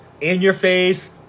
in-your-face